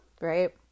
right